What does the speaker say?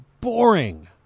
boring